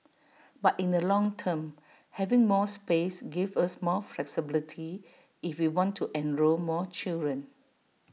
but in the long term having more space give us more flexibility if we want to enrol more children